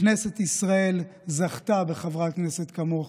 כנסת ישראל זכתה בחברת כנסת כמוך,